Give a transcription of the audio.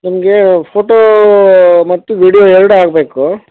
ನಮಗೆ ಫೋಟೋ ಮತ್ತು ವೀಡಿಯೋ ಎರಡೂ ಆಗಬೇಕು